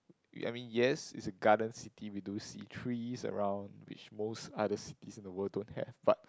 you I mean yes it's a garden city we do see trees around which most other cities in the world don't have but